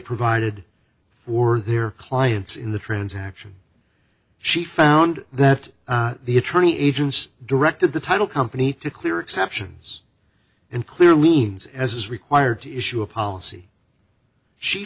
provided for their clients in the transaction she found that the attorney agents directed the title company to clear exceptions and clear liens as required to issue a policy she